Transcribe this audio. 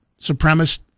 supremacist